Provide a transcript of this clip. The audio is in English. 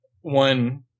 one